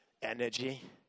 Energy